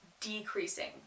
decreasing